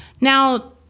Now